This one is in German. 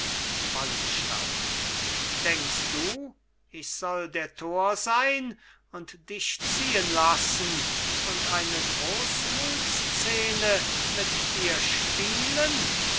wallenstein denkst du ich soll der tor sein und dich ziehen lassen und eine großmutsszene mit dir spielen